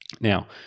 Now